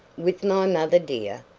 with my mother dear!